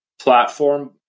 platform